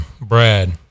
Brad